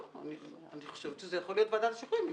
אני חושבת שזה יכול להיות ועדת השחרורים,